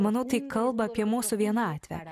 manau tai kalba apie mūsų vienatvę